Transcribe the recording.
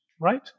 right